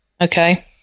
Okay